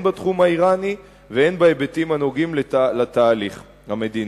בתחום האירני והן בהיבטים הנוגעים לתהליך המדיני.